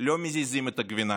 לא מזיזים את הגבינה,